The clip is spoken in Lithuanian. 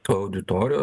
ta auditorija